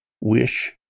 wish